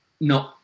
No